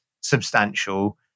substantial